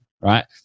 right